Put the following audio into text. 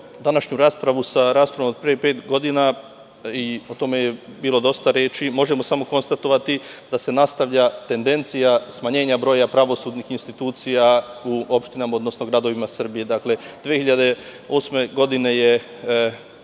današnju raspravu sa raspravom od pre pet godina, o tome je bilo dosta reči, možemo samo konstatovati da se nastavlja tendencija smanjenja broja pravosudnih institucija u opštinama, odnosno u gradovima Srbije. Dakle, 2008. godine je